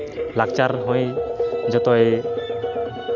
ᱞᱟᱠᱪᱟᱨ ᱦᱚᱸ ᱡᱚᱛᱚᱭ